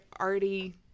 already